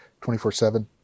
24/7